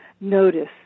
notice